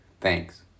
Thanks